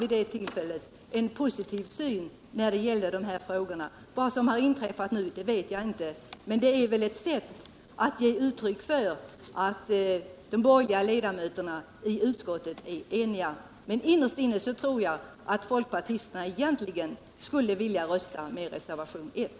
Vid det tillfället hade folkpartiet en positiv syn på de här frågorna. Vad som har inträffat nu vet jag inte, men det är väl ett sätt att ge uttryck för att de borgerliga ledamöterna i utskottet är eniga. Jag tror emellertid att innerst inne skulle många folkpartister vilja rösta med reservationen 1.